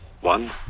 one